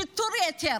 שיטור יתר